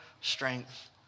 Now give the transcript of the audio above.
strength